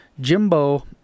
Jimbo